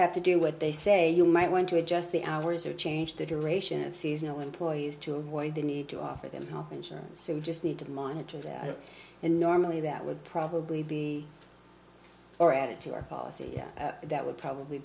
have to do what they say you might want to adjust the hours or change the duration of seasonal employees to avoid the need to offer them health insurance so you just need to monitor that and normally that would probably be more added to your policy that would probably